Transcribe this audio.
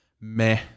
meh